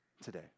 today